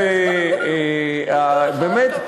ובאמת,